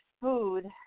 food